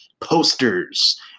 Posters